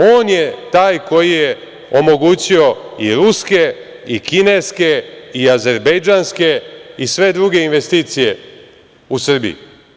On je taj koji je omogućio i ruske i kineske i azerbejdžanske i sve druge investicije u Srbiji.